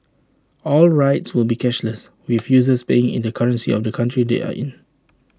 all rides will be cashless with users paying in the currency of the country they are in